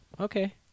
Okay